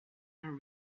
have